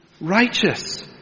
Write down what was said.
righteous